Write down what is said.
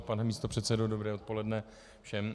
Pane místopředsedo, dobré odpoledne, všem.